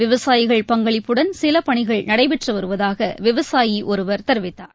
விவசாயிகள் பங்களிப்புடன் சில பணிகள் நடைபெற்று வருவதாக விவசாயி ஒருவர் தெரிவித்தார்